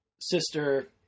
sister